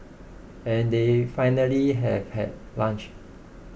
and then finally have had lunch